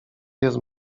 jest